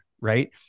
right